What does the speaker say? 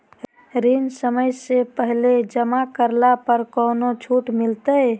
ऋण समय से पहले जमा करला पर कौनो छुट मिलतैय?